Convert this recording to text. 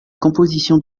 compositions